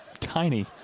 tiny